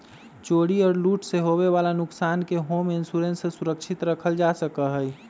चोरी और लूट से होवे वाला नुकसान के होम इंश्योरेंस से सुरक्षित रखल जा सका हई